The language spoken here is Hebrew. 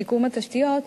שיקום התשתיות,